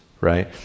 right